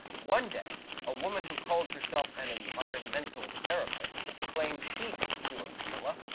one day a woman who called herself an environmental therapist claimed she could cure camilla.